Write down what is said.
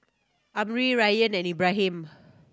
Amrin Ryan and Ibrahim